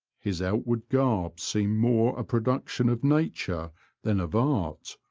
his outward garb seemed more production of nature than of art,